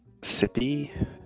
Sippy